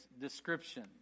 description